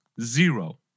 Zero